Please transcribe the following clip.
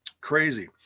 crazy